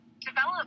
develop